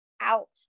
out